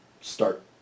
start